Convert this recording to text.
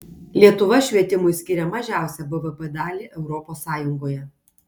lietuva švietimui skiria mažiausią bvp dalį europos sąjungoje